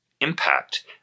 impact